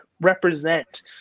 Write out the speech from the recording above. represent